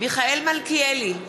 מיכאל מלכיאלי,